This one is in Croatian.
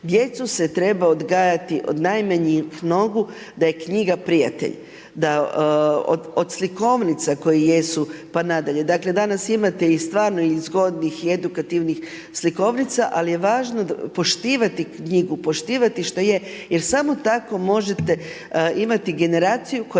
djecu se treba odgajati od najmanjih nogu, da je knjiga prijatelj, od slikovnica koje jesu, pa nadalje. Danas imate stvarno i zgodnih i edukativnih slikovnica, ali je važno poštivati knjigu, poštivati što je, jer samo tako možete imati generaciju, koja